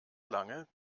lange